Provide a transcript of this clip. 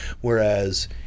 whereas